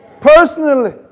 personally